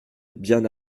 bien